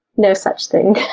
no such thing.